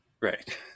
right